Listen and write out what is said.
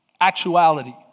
actuality